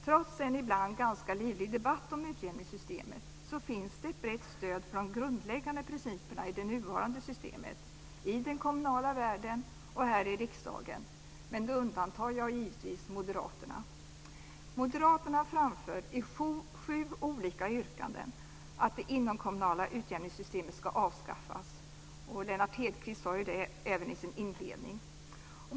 Trots en ibland ganska livlig debatt om utjämningssystemet finns det ett brett stöd för de grundläggande principerna i det nuvarande systemet både i den kommunala världen och här i riksdagen. Men då undantar jag givetvis Moderaterna framför i sju olika yrkanden att det inomkommunala utjämningssystemet ska avskaffas, Lennart Hedquist sade ju det redan i sin inledning.